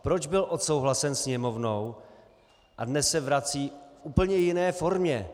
Proč byl odsouhlasen Sněmovnou a dnes se vrací v úplně jiné formě?